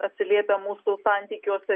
atsiliepia mūsų santykiuose